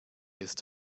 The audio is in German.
ist